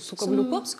su kabliuku